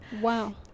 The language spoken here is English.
Wow